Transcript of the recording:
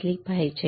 मग तुला नीट समजेल